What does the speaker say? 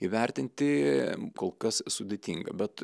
įvertinti kol kas sudėtinga bet